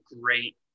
great